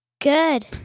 Good